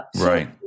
Right